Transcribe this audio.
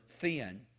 thin